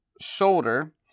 shoulder